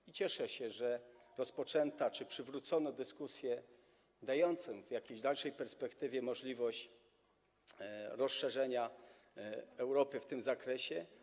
I cieszę się, że rozpoczęto czy przywrócono dyskusję dającą w jakiejś dalszej perspektywie możliwość rozszerzenia Europy w tym zakresie.